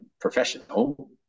professional